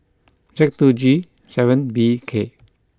Z two G seven B K